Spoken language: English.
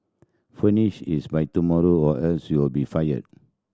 finish this by tomorrow or else you'll be fired